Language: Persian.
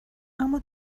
اما